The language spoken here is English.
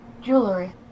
Jewelry